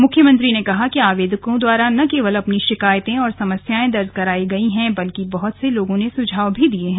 मुख्यमंत्री ने कहा कि आवेदकों द्वारा न केवल अपनी शिकायतें और समस्याएं दर्ज कराई गई हैं बल्कि बहुत से लोगों ने सुझाव भी दिए हैं